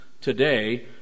today